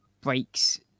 breaks